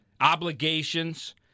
obligations